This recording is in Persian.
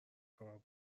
کار